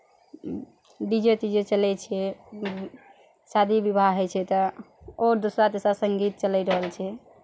DJ तीजे चलै छै शादी विवाह होइ छै तऽ आओर दोसरा तेसरा संगीत चलै रहल छै